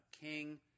King